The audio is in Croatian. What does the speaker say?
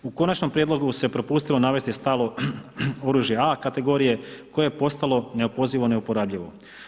U Konačnom prijedlogu se propustilo navesti staro oružje A kategorije koje je postalo neopozivo i neuporabljivo.